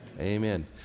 Amen